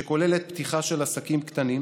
שכוללת פתיחה של עסקים קטנים.